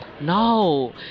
No